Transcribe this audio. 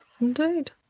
Indeed